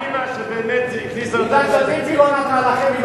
היא לא נתנה לכם.